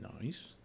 Nice